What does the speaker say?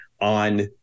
on